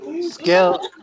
skill